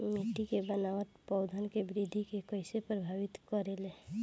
मिट्टी के बनावट पौधन के वृद्धि के कइसे प्रभावित करे ले?